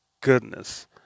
goodness